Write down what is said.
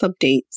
updates